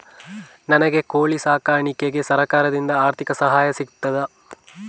ನನಗೆ ಕೋಳಿ ಸಾಕಾಣಿಕೆಗೆ ಸರಕಾರದಿಂದ ಆರ್ಥಿಕ ಸಹಾಯ ಸಿಗುತ್ತದಾ?